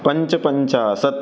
पञ्चपञ्चाशत्